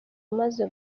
amaze